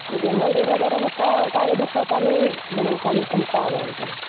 ᱡᱮᱢᱚᱱ ᱰᱮᱲᱦᱟᱡᱟᱨᱮᱢ ᱦᱟᱛᱟᱣᱟ ᱚᱱᱠᱟᱜᱮ ᱡᱚᱛᱚ ᱠᱟᱹᱢᱤ ᱡᱮᱢᱚᱱ ᱠᱟᱹᱢᱤ ᱥᱟᱢᱴᱟᱣ ᱢᱮ ᱮᱠᱫᱚᱢ